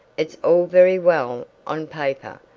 it's all very well on paper,